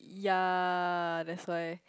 ya that's why